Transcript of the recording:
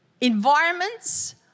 environments